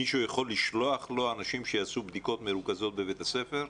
מישהו יכול לשלוח לו אנשים שייעשו בדיקות מרוכזות בבית הספר?